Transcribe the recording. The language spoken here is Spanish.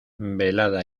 velada